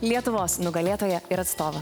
lietuvos nugalėtoja ir atstovą